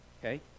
Okay